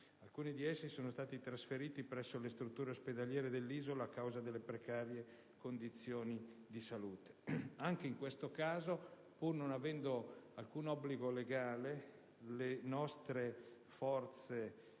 alcuni di essi sono stati trasferiti presso le strutture ospedaliere dell'isola a causa delle precarie condizioni di salute. Anche in questo caso, pur non avendo alcun obbligo legale, le nostre forze